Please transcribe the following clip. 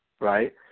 right